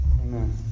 Amen